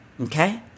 Okay